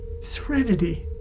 serenity